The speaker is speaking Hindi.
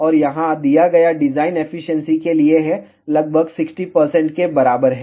और यहां दिया गया डिजाइन एफिशिएंसी के लिए है लगभग 60 के बराबर है